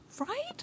right